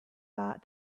thought